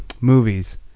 movies